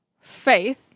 faith